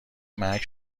مرگ